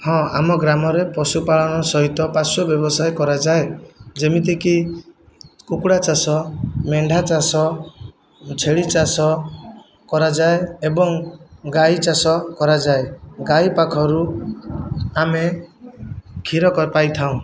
ହଁ ଆମ ଗ୍ରାମରେ ପଶୁପାଳନ ସହିତ ପାର୍ଶ୍ୱ ବ୍ୟବସାୟ କରାଯାଏ ଯେମିତିକି କୁକୁଡ଼ା ଚାଷ ମେଣ୍ଢା ଚାଷ ଛେଳି ଚାଷ କରାଯାଏ ଏବଂ ଗାଈ ଚାଷ କରାଯାଏ ଗାଈ ପାଖରୁ ଆମେ କ୍ଷୀର ପାଇଥାଉ